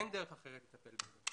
אין דרך אחרת לטפל בזה.